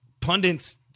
pundits